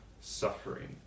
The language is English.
suffering